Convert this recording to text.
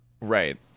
Right